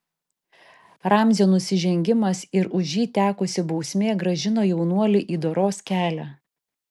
ramzio nusižengimas ir už jį tekusi bausmė grąžino jaunuolį į doros kelią